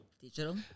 Digital